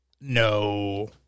no